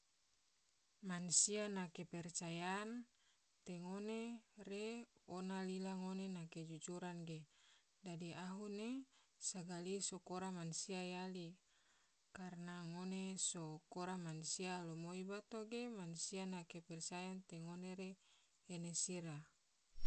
Mansia na kepercayaan te ngone re ona lila ngone na kejujuran ge, dadi ahu ge sagali so kora mansia yali, karana ngone so kora mansia alumoi bato ge mansia na kepercayaan te ngone re ena sira.